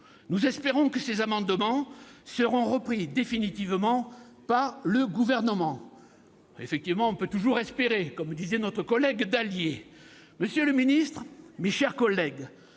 Nous espérons que ces amendements seront repris définitivement par le Gouvernement. Effectivement, on peut toujours espérer, comme le disait notre collègue Dallier. Monsieur le secrétaire d'État, mes chers collègues,